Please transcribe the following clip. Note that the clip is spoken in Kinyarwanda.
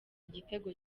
igitego